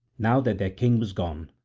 now that their king was gone.